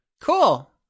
Cool